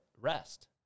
Rest